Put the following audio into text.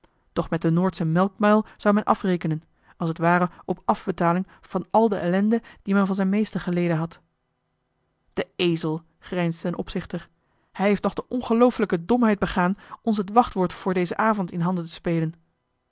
met den noordschen melkmuil zou men afrekenen als t ware op afbetaling van al de ellende die men van zijn meester geleden had de ezel grijnsde een opzichter hij heeft nog de ongelooflijke domheid begaan ons het wachtwoord voor dezen avond in handen te spelen